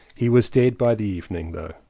he was dead by the evening though.